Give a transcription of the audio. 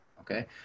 okay